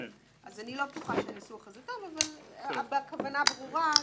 אני לא בטוחה שהניסוח הזה טוב אבל הכוונה ברורה.